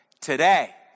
today